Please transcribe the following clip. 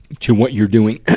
to what you're doing